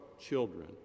children